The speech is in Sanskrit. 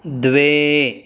द्वे